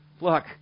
Look